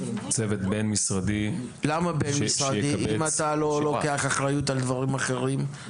למה בין-משרדי אם אתה לא לוקח אחריות על דברים אחרים?